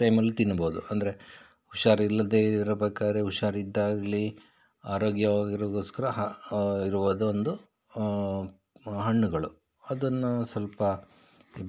ಟೈಮಲ್ಲಿ ತಿನ್ಬೋದು ಅಂದರೆ ಹುಷಾರಿಲ್ಲದೆ ಇರಬೇಕಾದ್ರೆ ಹುಷಾರಿದ್ದಾಗಲಿ ಆರೋಗ್ಯವಾಗಿರೋಕೋಸ್ಕರ ಹ ಆ ಇರುವುದು ಒಂದು ಹಣ್ಣುಗಳು ಅದನ್ನು ಸ್ವಲ್ಪ